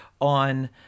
on